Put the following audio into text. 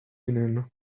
union